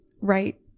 right